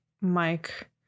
Mike